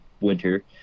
winter